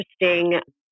interesting